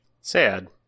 Sad